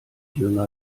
jünger